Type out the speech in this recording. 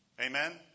Amen